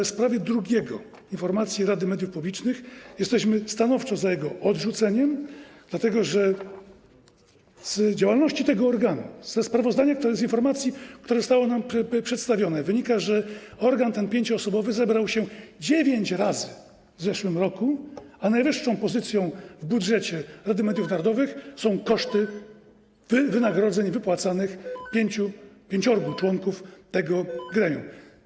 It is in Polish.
W sprawie drugiego dokumentu, informacji rady mediów publicznych - jesteśmy stanowczo za jego odrzuceniem, dlatego że z działalności tego organu, ze sprawozdania, z informacji, które zostały nam przedstawione, wynika, że ten pięcioosobowy organ zebrał się dziewięć razy w zeszłym roku, a najwyższą pozycją w budżecie Rady Mediów Narodowych są koszty wynagrodzeń wypłacanych pięciorgu członkom tego gremium.